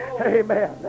amen